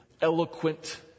eloquent